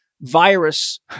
virus